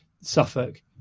Suffolk